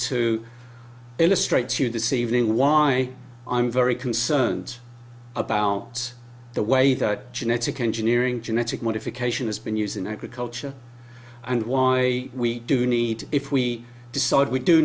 to illustrate to you this evening why i'm very concerned about the way that genetic engineering genetic modification has been used in agriculture and why we do need if we decide we do